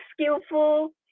skillful